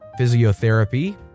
physiotherapy